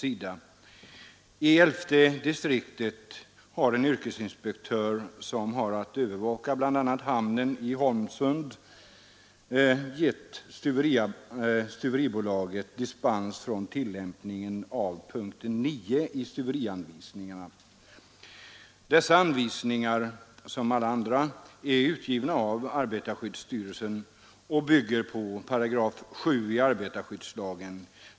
I 11:e distriktet har en yrkesinspektör, som har att övervaka bl.a. hamnen i Holmsund, gett stuveribolaget dispens från tillämpningen av punkten 9 i stuverianvisningarna. Dessa anvisningar är — som alla andra av detta slag — utgivna av arbetarskyddsstyrelsen och bygger på 7 § arbetarskyddslagen.